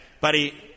buddy